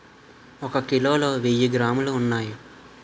ఒక కిలోలో వెయ్యి గ్రాములు ఉన్నాయి